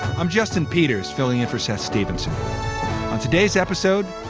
i'm justin peters, filling in for seth stevenson on today's episode,